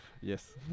Yes